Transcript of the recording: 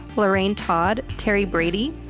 lorraine todd, terry brady,